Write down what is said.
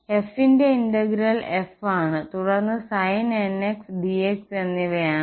F ന്റെ integral f ആണ് തുടർന്ന് sin nx dx എന്നിവയാണ്